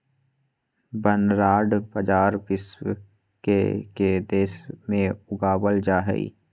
barnyard बाजरा विश्व के के देश में उगावल जा हइ